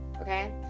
okay